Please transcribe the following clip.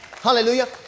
Hallelujah